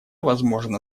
возможно